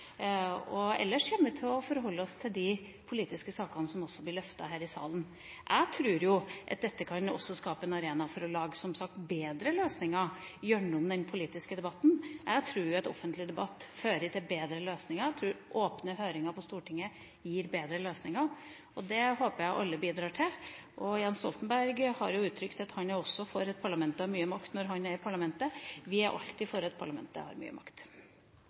det. Ellers kommer vi til å forholde oss til de politiske sakene som også blir løftet her i salen. Jeg tror jo som sagt at dette også kan skape en arena for å lage bedre løsninger gjennom den politiske debatten. Jeg tror at offentlig debatt fører til bedre løsninger. Jeg tror åpne høringer på Stortinget gir bedre løsninger, og det håper jeg alle bidrar til. Jens Stoltenberg har jo uttrykt at han også – når han er i parlamentet – er for at parlamentet har mye makt. Vi er alltid for at parlamentet har mye makt.